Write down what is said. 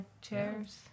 chairs